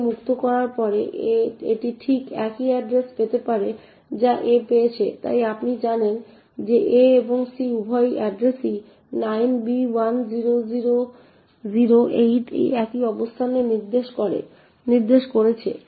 a মুক্ত করার পরে এটি ঠিক একই এড্রেস পেতে পারে যা a পেয়েছে তাই আপনি জানেন যে a এবং c উভয় এড্রেসই 9b10008 একই অবস্থানে নির্দেশ করছে